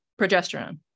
progesterone